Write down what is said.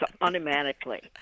automatically